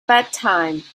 bedtime